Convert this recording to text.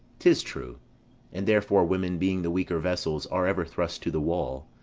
tis true and therefore women, being the weaker vessels, are ever thrust to the wall.